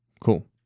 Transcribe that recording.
Cool